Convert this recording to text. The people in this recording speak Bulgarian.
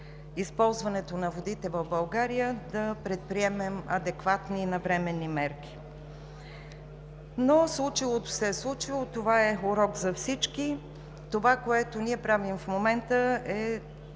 използването на водите в България, да предприемем адекватни и навременни мерки. Но случилото се е случило. Това е урок за всички. Това, което ние правим в момента, е